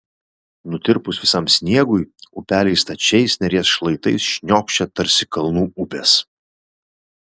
nutirpus visam sniegui upeliai stačiais neries šlaitais šniokščia tarsi kalnų upės